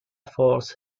falls